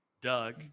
Doug